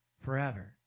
forever